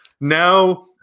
Now